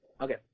okay